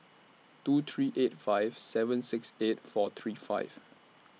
two three eight five seven six eight four three five